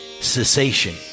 cessation